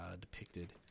depicted